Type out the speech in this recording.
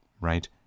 right